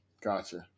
Gotcha